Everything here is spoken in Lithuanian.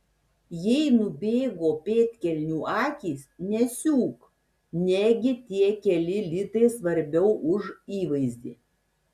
jei nubėgo pėdkelnių akys nesiūk negi tie keli litai svarbiau už įvaizdį